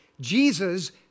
Jesus